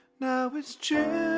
now it's june,